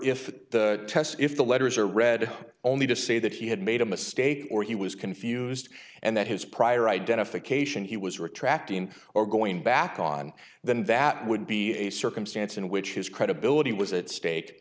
if the tests if the letters are read only to say that he had made a mistake or he was confused and that his prior identification he was retracted in or going back on them that would be a circumstance in which his credibility was at stake